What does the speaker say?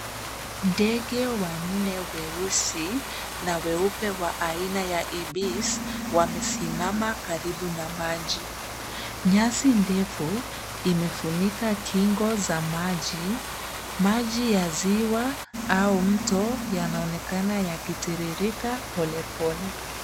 Ndege wanne weusi na weupe wa aina ya Ibis wamesimama karibu na maji. Nyasi ndefu imefunika kingo za maji. Maji ya ziwa au mto yanaonekana yakitiririka polepole.